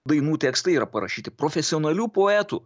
dainų tekstai yra parašyti profesionalių poetų